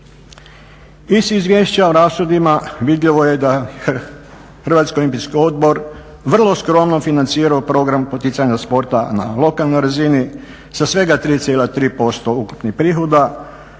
Iz izvješća o rashodima vidljivo je da Hrvatski olimpijski odbor vrlo skromno financira program poticanja sporta na lokalnoj razini sa svega 3,3% ukupnih prihoda